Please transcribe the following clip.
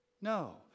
No